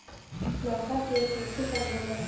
माका के खेती कब होला?